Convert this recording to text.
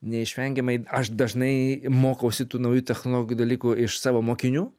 neišvengiamai aš dažnai mokausi tų naujų technologinių dalykų iš savo mokinių